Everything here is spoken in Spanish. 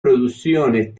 producciones